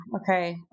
Okay